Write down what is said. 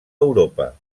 europa